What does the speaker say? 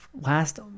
Last